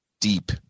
deep